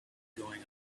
going